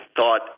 thought